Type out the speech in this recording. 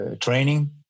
training